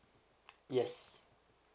yes